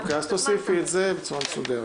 אוקיי, אז תוסיפי את זה בצורה מסודרת.